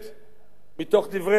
מתוך דברי אחד השרים,